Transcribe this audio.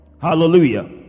Hallelujah